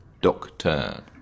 Doctor